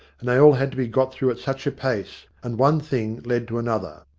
and they all had to be got through at such a pace, and one thing led to another.